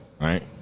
right